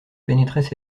pénétraient